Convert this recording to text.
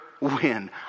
win